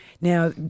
Now